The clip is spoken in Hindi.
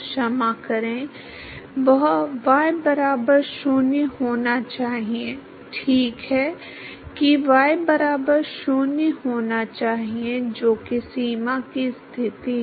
क्षमा करें वह y बराबर 0 होना चाहिए ठीक है कि y बराबर 0 होना चाहिए जो कि सीमा की स्थिति है